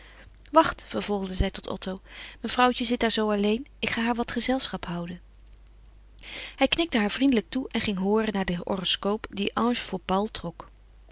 wacht vervolgde zij tot otto mevrouwtje zit daar zoo alleen ik ga haar wat gezelschap houden hij knikte haar vriendelijk toe en ging hooren naar de horoscoop die ange